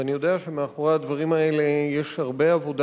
ואני יודע שמאחורי הדברים האלה יש הרבה עבודה